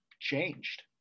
changed